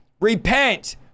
repent